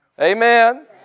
Amen